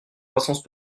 croissance